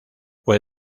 fue